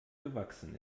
gewachsen